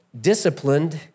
disciplined